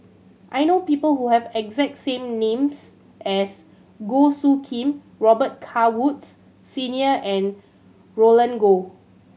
I know people who have exact same names as Goh Soo Khim Robet Carr Woods Senior and Roland Goh